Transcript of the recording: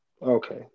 Okay